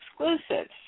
exclusives